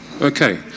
Okay